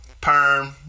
Perm